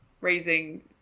raising